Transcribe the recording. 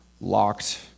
locked